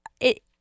It-